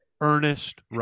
Ernest